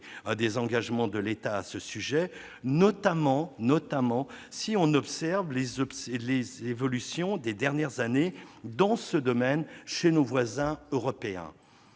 désengagement de l'État à ce sujet, notamment si on observe les évolutions des dernières années dans ce domaine chez nos voisins européens.